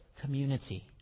community